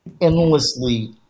Endlessly